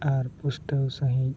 ᱟᱨ ᱯᱩᱥᱴᱟᱹᱣ ᱥᱟᱺᱦᱤᱡ